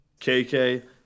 KK